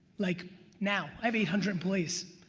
like now i have eight hundred employees.